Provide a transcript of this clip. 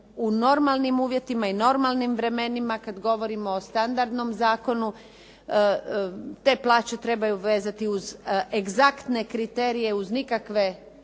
u normalnim uvjetima i normalnim vremenima kad govorimo o standardnom zakonu te plaće trebaju vezati uz egzaktne kriterije, uz nikakve